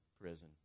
prison